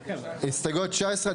מי בעד הסתייגות 19?